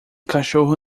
cachorro